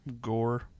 gore